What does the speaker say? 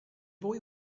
boy